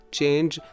change